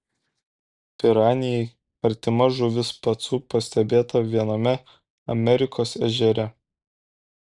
piranijai artima žuvis pacu pastebėta viename amerikos ežere